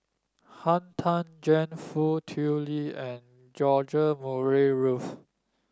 Han Tan Juan Foo Tui Liew and George Murray Reith